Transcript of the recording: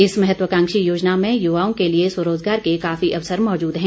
इस महत्वाकांक्षी योजना में युवाओं के लिए स्वरोज़गार के काफी अवसर मौजूद हैं